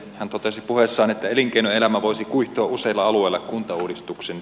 hän totesi puheessaan että elinkeinoelämä voisi kuihtua useilla alueilla kuntauudistuksen